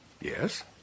Yes